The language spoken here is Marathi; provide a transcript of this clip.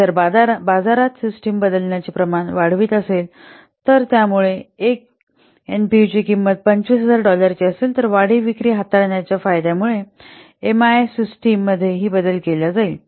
जर बाजारात सिस्टम बदलण्याचे प्रमाण वाढवित असेल तर त्यामुळे एक एनपीव्हीची किंमत 250000 डॉलरची असेल तर वाढीव विक्री हाताळण्याच्या फायद्यामुळे एमआयएस सिस्टम मध्ये हि बदल होईल